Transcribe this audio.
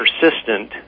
persistent